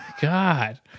God